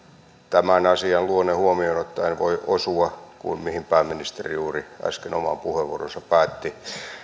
tämän asian luonne huomioon ottaen ei voi osua kuin mihin pääministeri juuri äsken oman puheenvuoronsa päätti